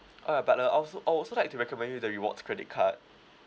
alright but uh I also I also like to recommend you the rewards credit card